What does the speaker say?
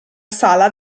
sala